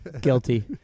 Guilty